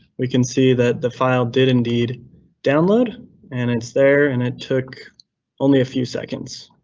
we can see that the file did indeed download and it's there. and it took only a few seconds.